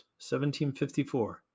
1754